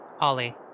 Ollie